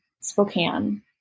Spokane